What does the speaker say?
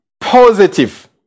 positive